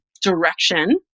direction